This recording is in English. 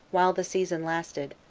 while the season lasted,